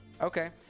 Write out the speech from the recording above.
Okay